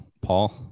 Paul